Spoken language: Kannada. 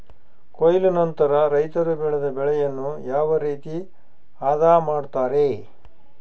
ಕೊಯ್ಲು ನಂತರ ರೈತರು ಬೆಳೆದ ಬೆಳೆಯನ್ನು ಯಾವ ರೇತಿ ಆದ ಮಾಡ್ತಾರೆ?